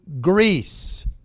Greece